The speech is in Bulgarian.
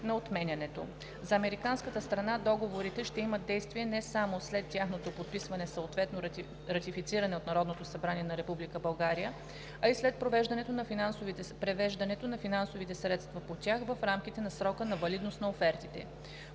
на отменянето; - за американската страна договорите ще имат действие не само след тяхното подписване, съответно ратифициране от Народното събрание на Република България, а и след превеждането на финансовите средства по тях в рамките на срока на валидност на офертите.